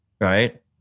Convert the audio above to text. right